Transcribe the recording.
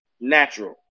Natural